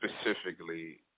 specifically